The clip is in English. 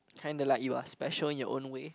kinda like you are special in your own way